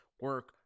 Work